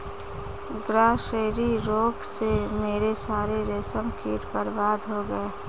grasserie रोग से मेरे सारे रेशम कीट बर्बाद हो गए